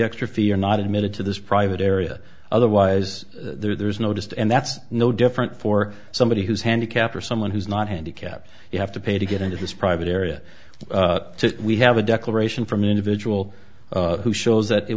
extra fee are not admitted to this private area otherwise there's no just and that's no different for somebody who's handicapped or someone who's not handicapped you have to pay to get into this private area we have a declaration from an individual who shows that it